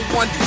one